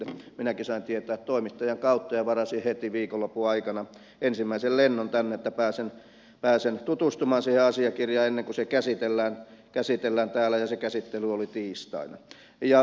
minäkin sain tietää toimittajan kautta ja varasin heti viikonlopun aikana ensimmäisen lennon tänne että pääsen tutustumaan siihen asiakirjaan ennen kuin se käsitellään täällä ja se käsittely oli tiistaina